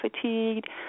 fatigued